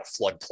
floodplain